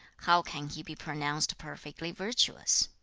how can he be pronounced perfectly virtuous